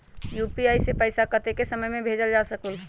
UPI से पैसा कतेक समय मे भेजल जा स्कूल?